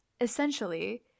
Essentially